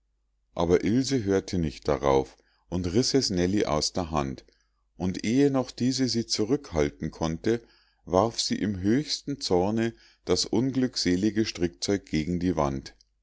aber ilse hörte nicht darauf und riß es nellie aus der hand und ehe noch diese sie zurückhalten konnte warf sie im höchsten zorne das unglückselige strickzeug gegen die wand